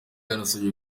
yanasabye